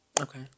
Okay